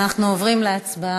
אנחנו עוברים להצבעה.